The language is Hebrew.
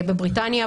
בבריטניה,